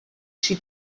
she